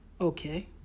Okay